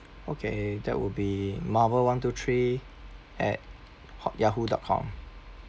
okay that would be marvel one two three at hot~ yahoo dot com